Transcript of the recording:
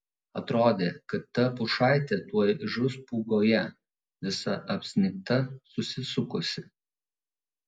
atrodė kad ta pušaitė tuoj žus pūgoje visa apsnigta susisukusi